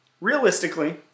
realistically